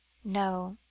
no,